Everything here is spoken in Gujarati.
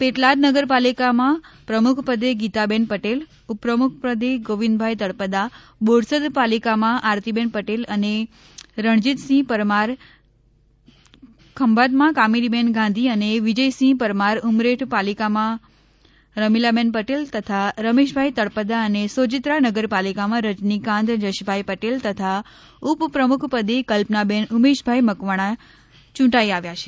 પેટલાદ નગરપાલિકામાં પ્રમુખપદે ગીતાબેન પટેલ ઉપપ્રમુખપદે ગોવિંદભાઇ તળપદા બોરસદ પાલિકામાં આરતીબેન પટેલ અને રણજિતસિંહ પરમારખંભાતમાં કામિનીબેન ગાંધી અને વિજયસિંહ પરમાર ઉમરેઠ પાલિકામાં રમીલાબેન પટેલ તથા રમેશભાઇ તળપદા અને સોજિત્રા નગરપાલિકામાં રજનીકાંત જશભાઇ પટેલ તથા ઉપપ્રમુખપદે કલ્પનાબેન ઉમેશભાઇ મકવાણા યૂંટાઇ આવ્યા છે